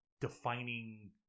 defining